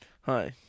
Hi